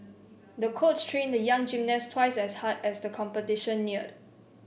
the coach trained the young gymnast twice as hard as the competition neared